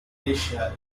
asia